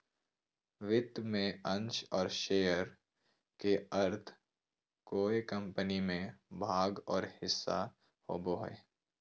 वित्त में अंश और शेयर के अर्थ कोय कम्पनी में भाग और हिस्सा होबो हइ